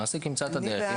המעסיק ימצא את הדרך.